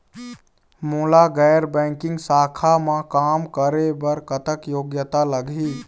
मोला गैर बैंकिंग शाखा मा काम करे बर कतक योग्यता लगही?